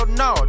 no